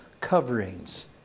coverings